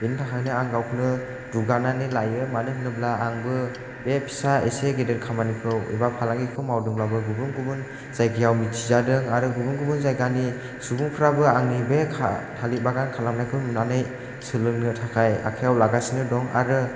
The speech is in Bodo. बेनि थाखायनो आं गावखौनो दुगानानै लायो मानो होनोब्ला आंबो बे फिसा एसे गेदेर खामानिखौ एबा फालांगिखौ मावदोंबाबो गुबुन गुबुन जायगायाव मिथिजादों आरो गुबुन गुबुन जायगानि सुबुंफ्राबो आंनि बे थालिर बागान खालामनायखौ नुनानै सोलोंनो थाखाय आखाइआव लागासिनो दं आरो